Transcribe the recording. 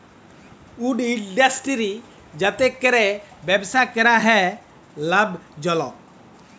would industry যাতে ক্যরে ব্যবসা ক্যরা হ্যয় লাভজলক